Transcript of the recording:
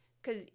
Cause